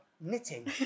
knitting